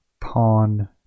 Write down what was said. Pawn